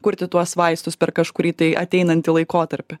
kurti tuos vaistus per kažkurį tai ateinantį laikotarpį